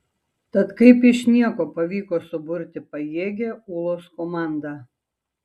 tad kaip iš nieko pavyko suburti pajėgią ūlos komandą